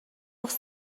گفت